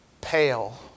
pale